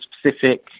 specific